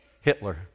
Hitler